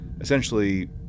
essentially